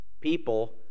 people